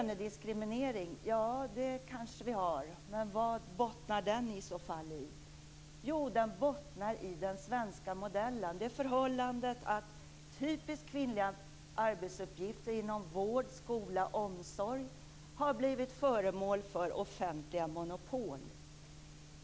Vi kanske har lönediskriminering, men vad bottnar den i så fall i? Jo, i den svenska modellen och i det förhållande att typiskt kvinnliga arbetsuppgifter inom vård, skola och omsorg har blivit föremål för offentliga monopol.